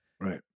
Right